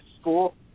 school